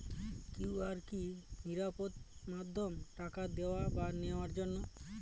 QR কি নিরাপদ মাধ্যম টাকা দেওয়া বা নেওয়ার জন্য?